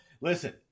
Listen